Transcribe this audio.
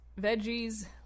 veggies